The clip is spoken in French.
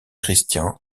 christian